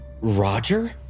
Roger